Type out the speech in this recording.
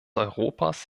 europas